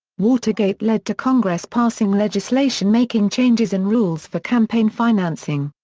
watergate led to congress passing legislation making changes in rules for campaign financing.